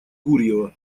гурьева